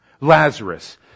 Lazarus